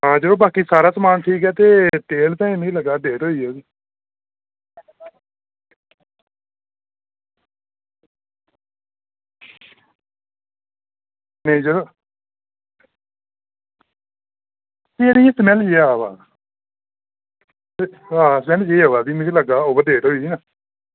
हां ओह् बाकी सारा समान ठीक ऐ ते तेल भैं मिगी लग्गै दा डेट होई गेदी एह्दी नेईं यरो नेईं इ'यां स्मैल जेहा आवा दा हां स्मैल जेही आवा दी ते मिगी लग्गै दा ओवरडेट होई दी ना